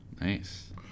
Nice